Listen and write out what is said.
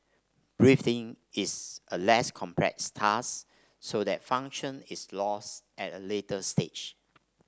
breathing is a less complex task so that function is lost at a later stage